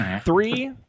three